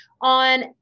on